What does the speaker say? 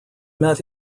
met